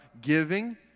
giving